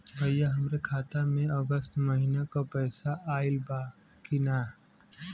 भईया हमरे खाता में अगस्त महीना क पैसा आईल बा की ना?